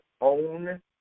own